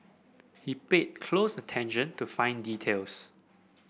he paid close attention to fine details